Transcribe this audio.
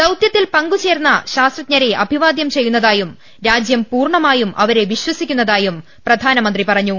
ദൌത്യത്തിൽ പങ്കുചേർന്ന ശാസ്ത്രജ്ഞരെ അഭിവാദ്യം ചെയ്യു ന്നതായും രാജ്യം പൂർണമായും അവരെ വിശ്വസിക്കുന്നതായും പ്രധാനമന്ത്രി പറഞ്ഞു